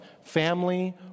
family